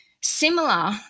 similar